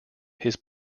his